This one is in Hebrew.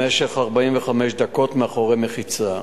למשך 45 דקות, מאחורי מחיצה.